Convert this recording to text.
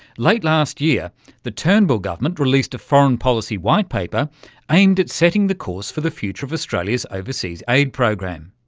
late last year the turnbull government released a foreign policy white paper aimed at setting the course for the future of australia's overseas aid program.